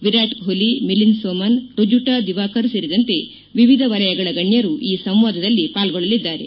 ವಿರಾಟ್ ಕೊಟ್ಲಿ ಮಿಲಿಂದ್ ಸೋಮನ್ ರುಜುಟಾ ದಿವಾಕರ್ ಸೇರಿದಂತೆ ವಿವಿಧ ವಲಯಗಳ ಗಣ್ಣರು ಈ ಸಂವಾದದಲ್ಲಿ ಪಾಲ್ಗೊಳ್ಳಲಿದ್ದಾರೆ